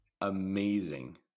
amazing